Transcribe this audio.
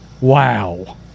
Wow